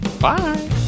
bye